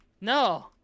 No